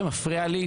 שלא יפריעו